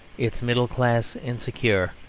its middle class insecure,